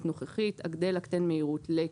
נוכחית (5)הגדל / הקטן מהירות ל-...